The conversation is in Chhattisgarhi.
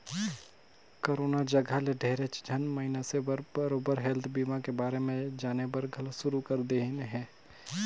करोना जघा ले ढेरेच झन मइनसे मन बरोबर हेल्थ बीमा के बारे मे जानेबर घलो शुरू कर देहिन हें